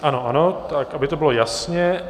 Ano, ano, tak aby to bylo jasně.